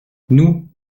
nous